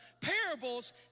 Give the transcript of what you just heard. parables